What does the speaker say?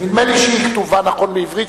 נדמה לי שהיא כתובה נכון בעברית,